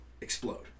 explode